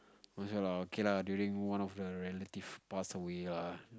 also lah okay lah during one the relative pass away lah